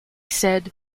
said